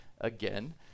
again